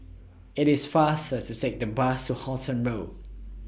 IT IS faster to Take The Bus to Halton Road